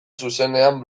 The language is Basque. zuzenean